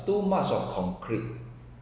too much of concrete